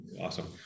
awesome